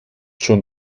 schon